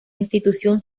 institución